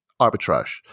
arbitrage